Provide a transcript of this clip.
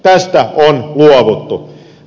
tästä on luovuttu